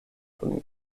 kun